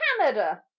canada